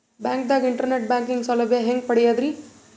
ಬ್ಯಾಂಕ್ದಾಗ internet banking ಸೌಲಭ್ಯ ಹೆಂಗ್ ಪಡಿಯದ್ರಿ?